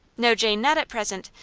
no, jane not at present.